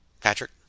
Patrick